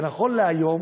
שנכון להיום,